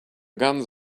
guns